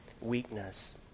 weakness